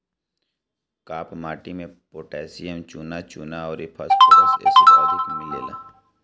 काप माटी में पोटैशियम, चुना, चुना अउरी फास्फोरस एसिड अधिक मिलेला